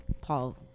Paul